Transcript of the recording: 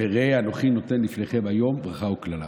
ב"ראה אנכי נותן לפניכם היום ברכה וקללה".